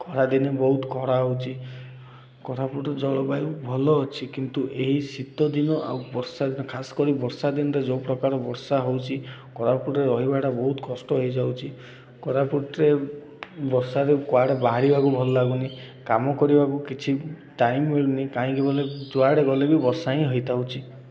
ଖରାଦିନେ ବହୁତ ଖରା ହେଉଛି କୋରାପୁଟରେ ଜଳବାୟୁ ଭଲ ଅଛି କିନ୍ତୁ ଏହି ଶୀତ ଦିନ ଆଉ ବର୍ଷା ଦିନ ଖାସ କରି ବର୍ଷା ଦିନରେ ଯେଉଁ ପ୍ରକାର ବର୍ଷା ହଉଚି କୋରାପୁଟରେ ରହିବାଟା ବହୁତ କଷ୍ଟ ହେଇଯାଉଛି କୋରାପୁଟରେ ବର୍ଷାରେ କୁଆଡ଼େ ବାହାରିବାକୁ ଭଲ ଲାଗୁନି କାମ କରିବାକୁ କିଛି ଟାଇମ୍ ମିଳୁନି କାହିଁକି ବୋଲେ ଯୁଆଡ଼େ ଗଲେ ବି ବର୍ଷା ହିଁ ହେଇଥାଉଛି